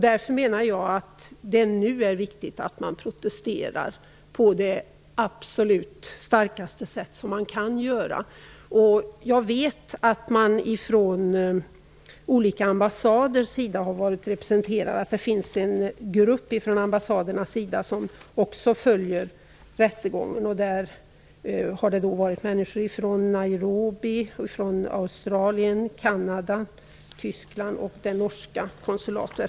Därför menar jag att det nu är viktigt att protestera på det absolut starkaste sätt som det går. Jag vet att det har funnits representanter från olika ambassader. Det finns en grupp från ambassadernas sida som också följer rättegången. Där har funnits representanter från Nairobi, Australien, Kanada, Tyskland och det norska konsulatet.